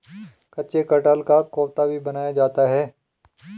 कच्चे कटहल का कोफ्ता भी बनाया जाता है